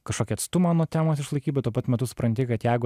kažkokį atstumą nuo temos išlaikyt bet tuo pat metu supranti kad jeigu